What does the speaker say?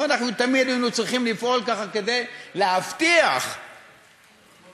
תמיד היינו צריכים לפעול כדי להבטיח שהדברים